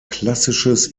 klassisches